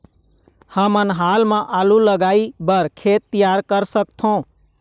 हमन हाल मा आलू लगाइ बर खेत तियार कर सकथों?